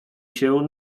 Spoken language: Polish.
się